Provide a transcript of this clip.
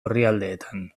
orrialdeetan